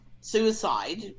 suicide